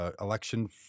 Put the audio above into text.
election